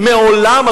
מעולם,